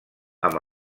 amb